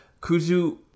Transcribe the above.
Kuzu